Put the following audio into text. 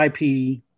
IP